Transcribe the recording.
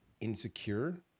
insecure